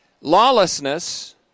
Lawlessness